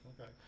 Okay